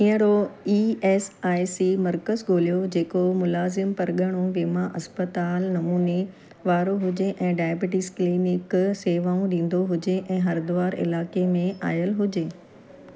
अहिड़ो E S I C मर्कज़ ॻोल्हियो जेको मुलाज़िमु परगि॒णो वीमो अस्पताल नमूने वारो हुजे ऐं डायबिटीज़ क्लिनिक शेवाऊं ॾींदो हुजे ऐं हरिद्वार इलाइक़े में आयल हुजे